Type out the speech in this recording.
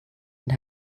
and